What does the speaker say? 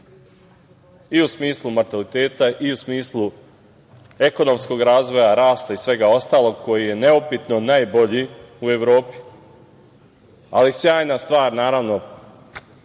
i u smislu nataliteta i u smislu ekonomskog razvoja, rasta i svega ostalog, koji je neupitno najbolji u Evropi. Sjajna stvar koja